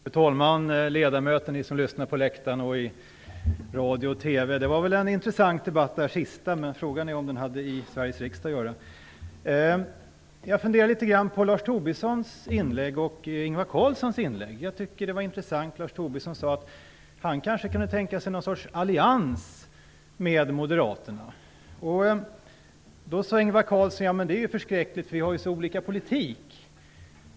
Fru talman! Ledamöter, ni som lyssnar på läktaren, på radio och tittar på TV, det var väl en intressant debatt i de senaste inläggen. Frågan är om den hade i Sveriges riksdag att göra. Jag funderar litet grand på Lars Tobissons och Ingvar Carlssons inlägg. Jag tycker att de var intressanta. Lars Tobisson sade att han kanske kunde tänka sig någon sorts allians med Socialdemokraterna. Då sade Ingvar Carlsson att det vore förskräckligt, för man har så olika politik.